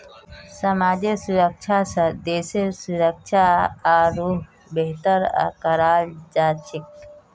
समाजेर सुरक्षा स देशेर सुरक्षा आरोह बेहतर कराल जा छेक